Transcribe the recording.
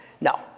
No